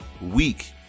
week